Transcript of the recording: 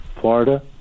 Florida